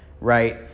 right